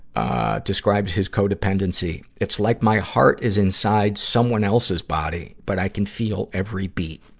ah, describes his co-dependency it's like my heart is inside someone else's body, but i can feel every beat.